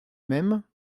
mêmes